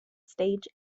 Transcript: stage